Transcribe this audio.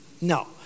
No